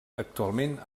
actualment